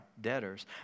debtors